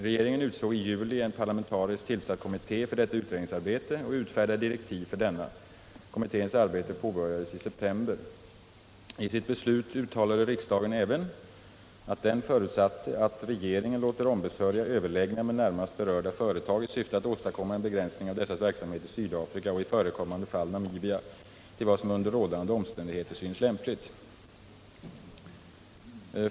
Regeringen utsåg i juli en parlamentariskt tillsatt kommitté för detta utredningsarbete och utfärdade direktiv för denna. Kommitténs arbete påbörjades i september. I sitt beslut uttalade riksdagen även att den förutsatte att regeringen låter ombesörja överläggningar med närmast berörda företag i syfte att åstadkomma en begränsning av dessas verksamhet i Sydafrika, och i förekommande fall Namibia, till vad som under rådande omständigheter synes lämpligt.